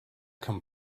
come